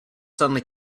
suddenly